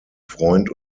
freund